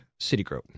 Citigroup